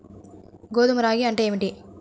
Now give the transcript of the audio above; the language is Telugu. గోదావరి రాగి అంటే ఏమిటి?